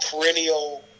perennial